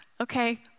okay